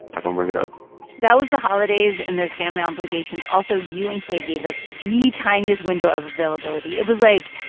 um bring it up that was the holidays, and there's family obligations. also, you and kay gave us the tiniest window of availability. it was, like,